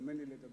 הזדמן לי לדבר